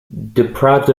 deprived